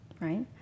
right